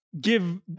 give